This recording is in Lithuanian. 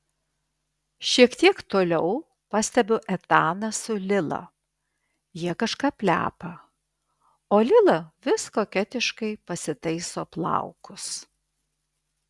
šiek tiek toliau pastebiu etaną su lila jie kažką plepa o lila vis koketiškai pasitaiso plaukus